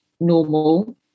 normal